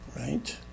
right